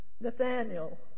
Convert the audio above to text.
Nathaniel